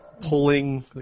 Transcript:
pulling